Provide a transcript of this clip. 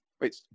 wait